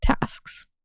tasks